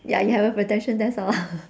ya you have a protection that's all